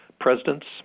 presidents